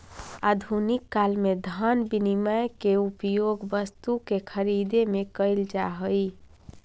आधुनिक काल में धन विनिमय के उपयोग वस्तु के खरीदे में कईल जा हई